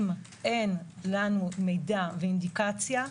אם אין לנו מידע ואינדיקציה,